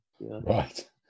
right